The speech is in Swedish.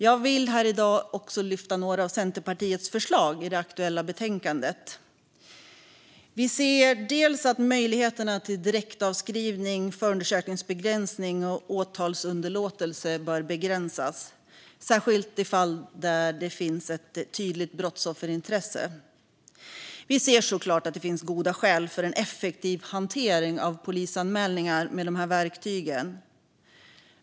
Jag vill här i dag också lyfta fram några av Centerpartiets förslag i det aktuella betänkandet. Vi ser att möjligheterna till direktavskrivning, förundersökningsbegränsning och åtalsunderlåtelse bör begränsas. Det gäller särskilt i de fall där det finns ett tydligt brottsofferintresse. Vi ser såklart att det finns goda skäl för en effektiv hantering av polisanmälningar med de här verktygen.